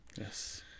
Yes